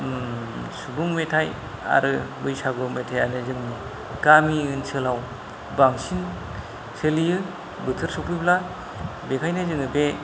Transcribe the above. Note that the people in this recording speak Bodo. सुबुं मेथाय आरो बैसागु मेथायानो जोंनि गामि ओनसोलाव बांसिन सोलियो बोथोर सौफैब्ला बेखायनो जोङो बे